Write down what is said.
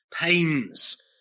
pains